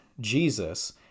Jesus